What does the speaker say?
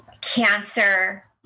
cancer